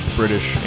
british